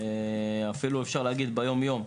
אפילו אפשר לומר ביום-יום.